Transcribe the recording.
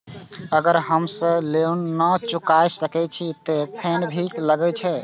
अगर हम समय से लोन ना चुकाए सकलिए ते फैन भी लगे छै?